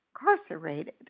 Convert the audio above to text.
incarcerated